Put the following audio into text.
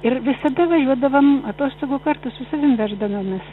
ir visada važiuodavom atostogų kartu su savim veždavomės